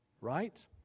right